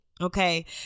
okay